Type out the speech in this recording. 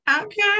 Okay